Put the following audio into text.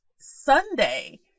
Sunday